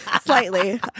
Slightly